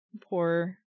poor